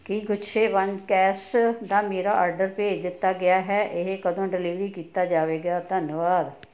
ਕੀ ਗੁੱਛੇ ਵੰਨ ਕੈਸ਼ ਦਾ ਮੇਰਾ ਆਰਡਰ ਭੇਜ ਦਿੱਤਾ ਗਿਆ ਹੈ ਇਹ ਕਦੋਂ ਡਿਲੀਵਰੀ ਕੀਤਾ ਜਾਵੇਗਾ ਧੰਨਵਾਦ